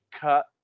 cut